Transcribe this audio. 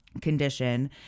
condition